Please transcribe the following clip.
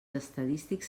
estadístics